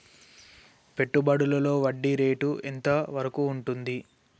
పెట్టుబడులలో వడ్డీ రేటు ఎంత వరకు ఉంటది?